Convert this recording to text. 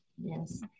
Yes